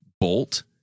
bolt